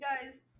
guys